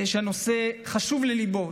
שהנושא חשוב לליבו,